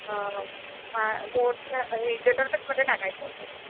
हो हो हां मोठं हे डेटोर्पिटमध्ये टाकायचं होतं